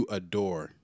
adore